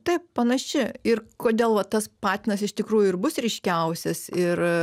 taip panaši ir kodėl va tas patinas iš tikrųjų ir bus ryškiausias ir